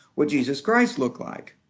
what jesus christ looked like.